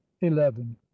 eleven